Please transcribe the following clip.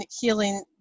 healing